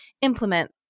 implement